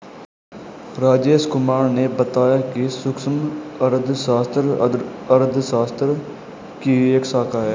राजेश कुमार ने बताया कि सूक्ष्म अर्थशास्त्र अर्थशास्त्र की ही एक शाखा है